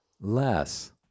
less